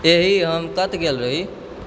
एहि हम कतय गेल रही